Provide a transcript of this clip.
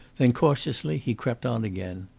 then cautiously he crept on again.